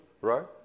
right